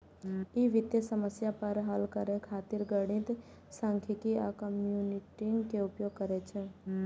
ई वित्तीय समस्या के हल करै खातिर गणित, सांख्यिकी आ कंप्यूटिंग के उपयोग करै छै